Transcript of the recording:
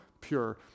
pure